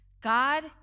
God